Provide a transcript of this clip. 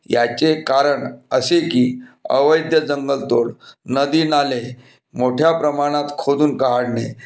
याचे कारण असे की अवैध जंगलतोड नदी नाले मोठ्या प्रमाणात खोदून काढणे